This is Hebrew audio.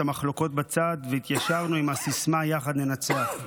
המחלוקות בצד והתיישרנו עם הסיסמה "יחד ננצח".